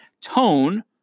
tone